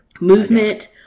movement